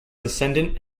descendent